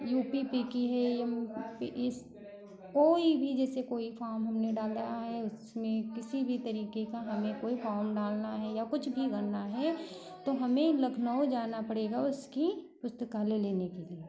you P P की है इस कोई भी जैसे कोई फाम हमने डाला है उसमें किसी भी तरीके का हमें कोई फाम डालना है या कुछ भी भरना है तो हमें लखनऊ जाना पड़ेगा उसकी पुस्तकालय लेने के लिए